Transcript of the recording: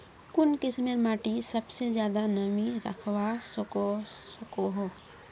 कुन किस्मेर माटी सबसे ज्यादा नमी रखवा सको हो?